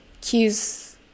cues